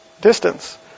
Distance